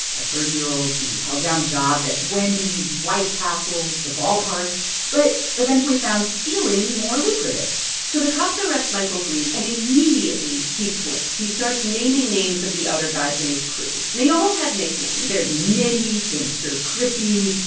a thirty year old who held down jobs at wendy's, white castles, the ballpark but eventually found stealing more lucrative so the cops arrest michael green and immediately he flips. he starts naming names of the other guys in his crew. and they all have nicknames there's nitty, gangster crippy.